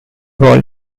ball